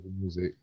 music